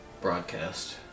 broadcast